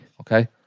okay